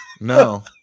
No